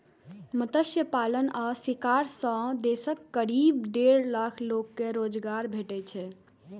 मत्स्य पालन आ शिकार सं देशक करीब डेढ़ करोड़ लोग कें रोजगार भेटै छै